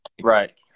Right